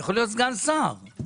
יכול להיות סגן שר.